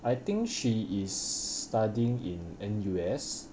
I think she is studying in N_U_S